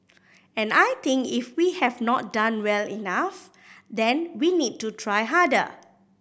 and I think if we have not done well enough then we need to try harder